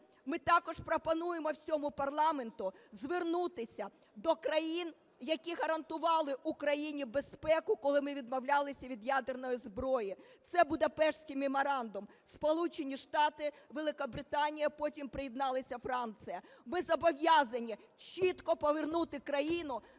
Ми також пропонуємо всьому парламенту звернутися до країн, які гарантували Україні безпеку, коли ми відмовлялись від ядерної зброї, це Будапештський меморандум: Сполучені Штати, Великобританія, потім приєдналася Франція. Ви зобов'язані чітко повернути країну на